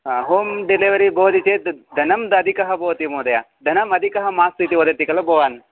ह home delivery भवति चेत् धनं द अधिकः भवति महोदय धनम् अधिकः मास्तु इति वदति खलु भवान्